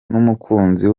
n’umukunzi